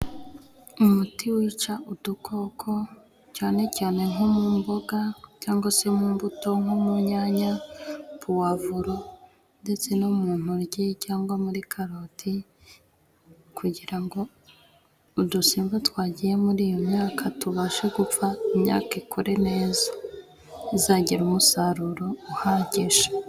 Umuti wica udukoko, cyane cyane nko mu mboga cyangwa se mu mbuto, nko mu nyanya, puwavuro ndetse no mu ntoryi cyangwa muri karoti. Kugira ngo udusimba twagiye muri iyo myaka tubashe gupfa, imyaka ikure neza izagire umusaruro uhagije.